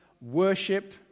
worship